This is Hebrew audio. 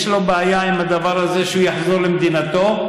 לו בעיה עם הדבר הזה שהוא יחזור למדינתו,